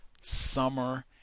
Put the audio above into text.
summer